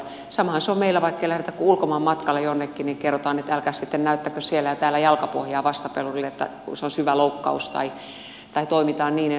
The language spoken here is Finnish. samahan se on meillä vaikka ei lähdetä kuin ulkomaanmatkalle jonnekin niin kerrotaan että älkää sitten näyttäkö siellä ja täällä jalkapohjia vastapelurille että se on syvä loukkaus tai toimitaan niin ja näin